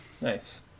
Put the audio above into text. nice